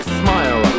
smile